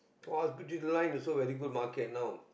hospitality line also very good market now